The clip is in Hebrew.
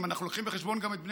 אם אנחנו לוקחים בחשבון גם את בני